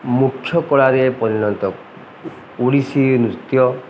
ମୁଖ୍ୟ କଳାରେ ପରିଣତ ଓଡ଼ିଶୀ ନୃତ୍ୟ